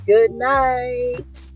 Goodnight